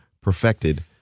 perfected